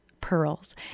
pearls